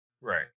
Right